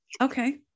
Okay